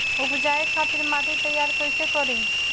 उपजाये खातिर माटी तैयारी कइसे करी?